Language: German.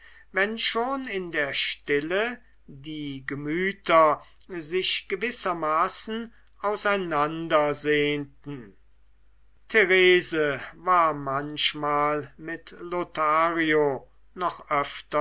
wenn schon in der stille die gemüter sich gewissermaßen auseinander sehnten therese war manchmal mit lothario noch öfter